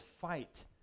fight